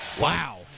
Wow